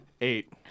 Eight